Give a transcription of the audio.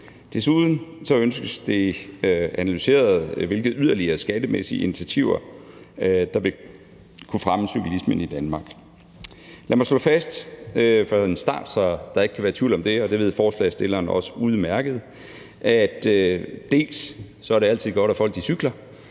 Desuden ønskes det analyseret, hvilke yderligere skattemæssige initiativer der vil kunne fremme cyklismen i Danmark. Lad mig slå fast til en start, så der ikke kan være tvivl om det, og det ved forslagsstillerne også udmærket, at det altid er godt, at folk cykler;